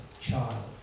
child